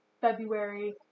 February